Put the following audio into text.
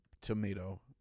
tomato